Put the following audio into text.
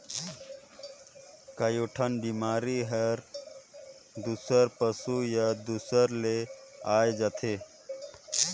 कयोठन बेमारी हर दूसर पसु या दूसर ले आये जाथे